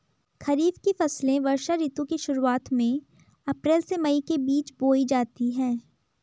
खरीफ की फसलें वर्षा ऋतु की शुरुआत में, अप्रैल से मई के बीच बोई जाती हैं